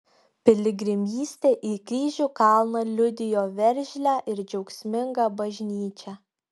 piligrimystė į kryžių kalną liudijo veržlią ir džiaugsmingą bažnyčią